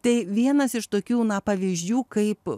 tai vienas iš tokių pavyzdžių kaip